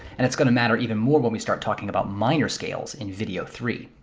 and it's going to matter even more when we start talking about minor scales in video three.